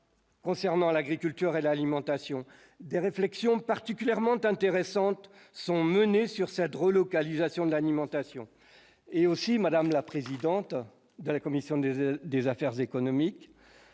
concernant l'agriculture et l'alimentation des réflexions particulièrement intéressantes sont menées sur cette relocalisation de l'alimentation et aussi, madame la présidente de la commission des et des affaires économiques.